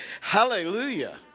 Hallelujah